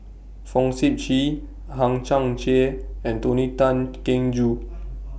Fong Sip Chee Hang Chang Chieh and Tony Tan Keng Joo